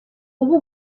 uba